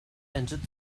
entered